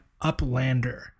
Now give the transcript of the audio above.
uplander